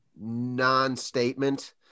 non-statement